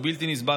הוא בלתי נסבל.